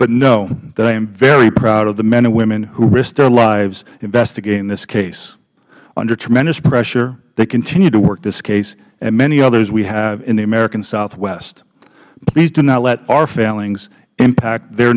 but know that i am very proud of the men and women who risked their lives investigating this case under tremendous pressure they continue to work this case and many others we have in the american southwest please do not let our failings impact their